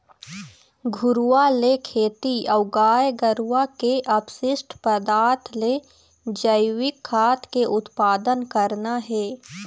घुरूवा ले खेती अऊ गाय गरुवा के अपसिस्ट पदार्थ ले जइविक खाद के उत्पादन करना हे